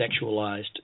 sexualized